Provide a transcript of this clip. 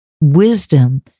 wisdom